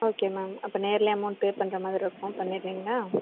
okay ma'am அப்போ நேரிலே amount pay பண்ணுற மாதிரி இருக்கும் பண்ணுறீங்களா